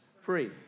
free